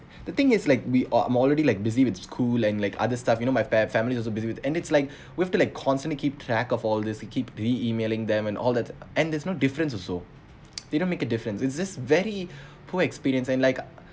the thing is like we are I'm already like busy with school and like other stuff you know my fam~ families also busy with and it's like with the constantly keep track of all this you keep emailing them and all that and there's no difference also you don't make a difference it just very poor experience and like